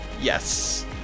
Yes